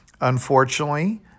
Unfortunately